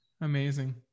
Amazing